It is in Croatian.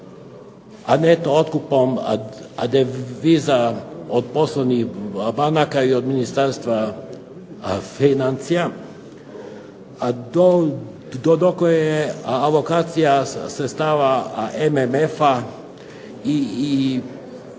neto otkupom deviza od poslovnih banaka i od Ministarstva financija do .../Govornik se ne razumije./... sredstava MMF-a i